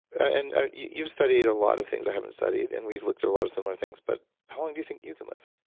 and you've studied a lot of things i haven't studied, and we've looked at a lot of similar things. but how long do you think you can live?